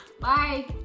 Bye